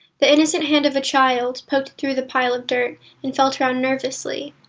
the innocent hand of a child poked through the pile of dirt and felt around nervously.